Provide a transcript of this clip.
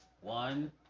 One